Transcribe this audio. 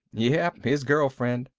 yep, his girlfriend.